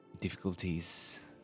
difficulties